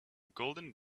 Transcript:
golden